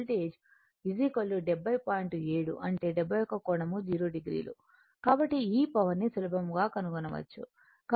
7 అంటే 71 కోణం 0 o కాబట్టి ఈ పవర్ ని సులభంగా కనుగొనవచ్చు